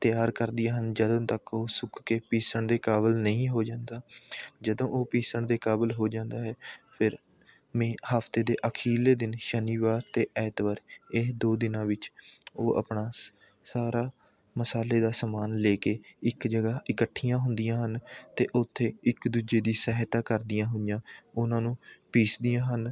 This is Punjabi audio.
ਤਿਆਰ ਕਰਦੀਆਂ ਹਨ ਜਦੋਂ ਤੱਕ ਉਹ ਸੁੱਕ ਕੇ ਪੀਸਣ ਦੇ ਕਾਬਲ ਨਹੀਂ ਹੋ ਜਾਂਦਾ ਜਦੋਂ ਉਹ ਪੀਸਣ ਦੇ ਕਾਬਲ ਹੋ ਜਾਂਦਾ ਹੈ ਫਿਰ ਮਹੀ ਹਫਤੇ ਦੇ ਅਖੀਰਲੇ ਦਿਨ ਸ਼ਨੀਵਾਰ ਅਤੇ ਐਤਵਾਰ ਇਹ ਦੋ ਦਿਨਾਂ ਵਿੱਚ ਉਹ ਆਪਣਾ ਸ ਸਾਰਾ ਮਸਾਲੇ ਦਾ ਸਮਾਨ ਲੈ ਕੇ ਇੱਕ ਜਗ੍ਹਾ ਇਕੱਠੀਆਂ ਹੁੰਦੀਆਂ ਹਨ ਅਤੇ ਉੱਥੇ ਇੱਕ ਦੂਜੇ ਦੀ ਸਹਾਇਤਾ ਕਰਦੀਆਂ ਹੋਈਆਂ ਉਹਨਾਂ ਨੂੰ ਪੀਸਦੀਆਂ ਹਨ